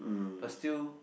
but still